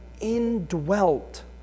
indwelt